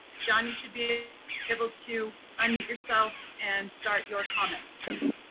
john, you should be able to unmute yourself and start your comment, please.